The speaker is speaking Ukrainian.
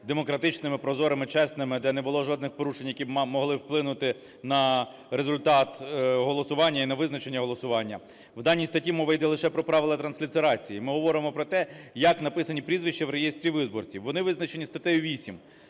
демократичними, прозорими, чесними, де не було жодних порушень, які могли б вплинути на результат голосування і на визначення голосування. В даній статті мова йде лише про правила транслітерації. Ми говоримо про те, як написані прізвища в реєстрі виборців. Вони визначені статтею 8,